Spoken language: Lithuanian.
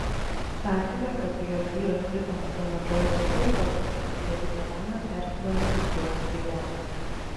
tą akimirką kai jos vyras krito nuo beno džoiso kulkos ledi elena persigandusi puolė prie jo